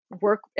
work